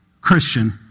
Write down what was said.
Christian